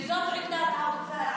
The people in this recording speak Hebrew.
וזאת עמדת האוצר.